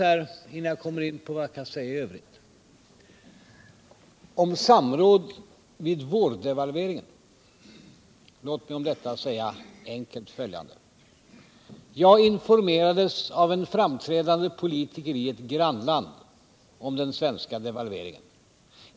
Innan jag kommer in på vad jag skall säga i övrigt vill jag bemöta det som nämndes här om samråd vid vårdevalveringen. Låt mig om detta enkelt säga följande: Jag informerades av en framträdande politiker i ett grannland om den svenska devalveringen.